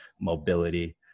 mobility